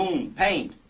paint.